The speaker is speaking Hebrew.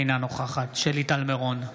אינה נוכחת שלי טל מירון,